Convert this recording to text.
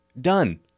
Done